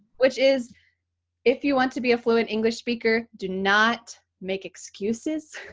which is if you want to be a fluent english speaker, do not make excuses.